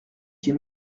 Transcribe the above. qu’il